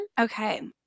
okay